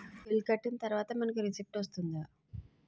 Bill కట్టిన తర్వాత మనకి రిసీప్ట్ వస్తుందా?